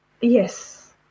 Yes